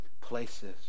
places